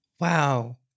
Wow